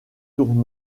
tournées